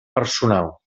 personal